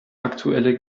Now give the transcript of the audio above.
aktuelle